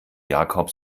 jakob